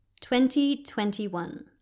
2021